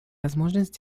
возможность